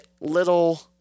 little